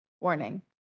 warning